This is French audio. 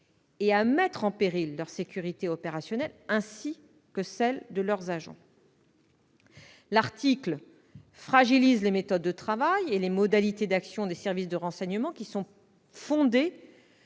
et à mettre en péril leur sécurité opérationnelle, ainsi que celle de leurs agents. L'article tend à fragiliser les méthodes de travail et les modalités d'action des services de renseignement, qui sont fondées